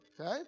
okay